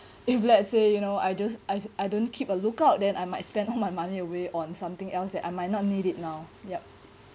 if let's say you know I just I I don't keep a look out then I might spend all my money away on something else that I might not need it now yup